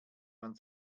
man